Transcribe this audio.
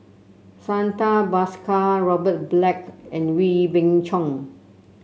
Santha Bhaskar Robert Black and Wee Beng Chong